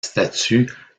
statue